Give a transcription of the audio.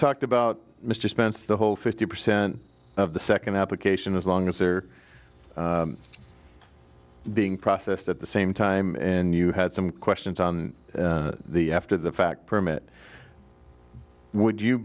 talked about mr spence the whole fifty percent of the second application as long as they're being processed at the same time and you had some questions on the after the fact permit would you